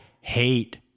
hate